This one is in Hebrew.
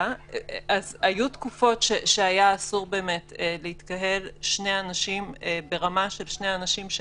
היו תקופות שהיה אסור באמת להתקהל ברמה של שני אנשים,